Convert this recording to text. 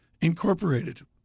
Incorporated